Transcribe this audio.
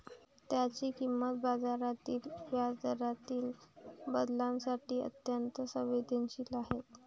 त्याची किंमत बाजारातील व्याजदरातील बदलांसाठी अत्यंत संवेदनशील आहे